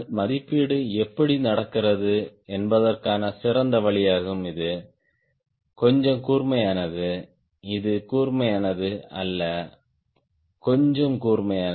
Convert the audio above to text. மதிப்பீடு எப்படி நடக்கிறது என்பதற்கான சிறந்த வழியாகும் இது கொஞ்சம் கூர்மையானது இது கூர்மையானது அல்ல கொஞ்சம் கூர்மையானது